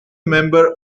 member